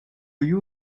you